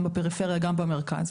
גם בפריפריה וגם במרכז.